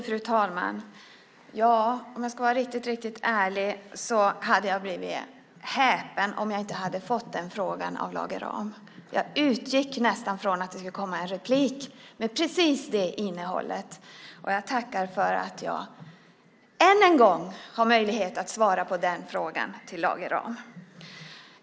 Fru talman! För att vara riktigt ärlig kan jag säga att jag hade blivit häpen om Lage Rahm inte hade tagit upp den saken. Jag utgick nästan från att det skulle komma en replik med precis det innehållet och tackar för att jag ännu en gång har möjlighet att ge ett svar till Lage Rahm.